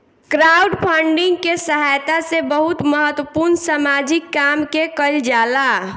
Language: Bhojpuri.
क्राउडफंडिंग के सहायता से बहुत महत्वपूर्ण सामाजिक काम के कईल जाला